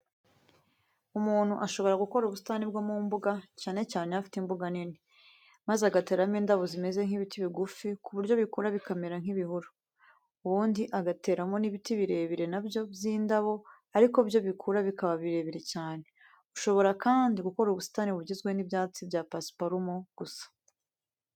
Umuntu ashobora gukora ubusitani bwo mu mbuga cyane cyane iyo afite imbuga nini, maze agateramo indabo zimeze nk'ibiti bigufi ku buryo bikura bikamera nk'ibihuru, ubundi agataramo n'ibiti birebire na byo by'indabo ariko byo bikura bikaba birebire cyane. Ushobora kandi gukora ubusitani bugizwe n'ibyatsi bya pasiparumu gusa.